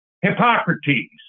Hippocrates